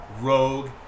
Rogue